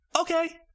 okay